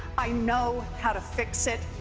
i know how to fix it.